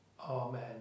Amen